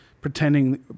pretending